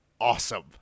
awesome